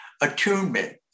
Attunement